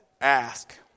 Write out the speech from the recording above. ask